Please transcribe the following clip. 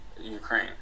Ukraine